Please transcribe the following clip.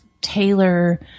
tailor